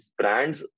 brands